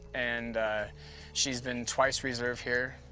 and she's been twice reserve here.